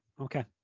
Okay